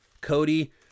Cody